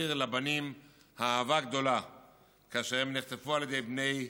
החזיר לבנים אהבה גדולה כאשר הם נחטפו על ידי בני בלייעל,